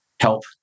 help